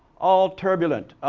all turbulent,